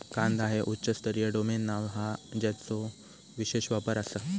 कांदा हे उच्च स्तरीय डोमेन नाव हा ज्याचो विशेष वापर आसा